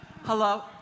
hello